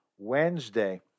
wednesday